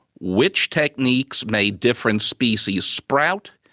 which techniques made different species sprout,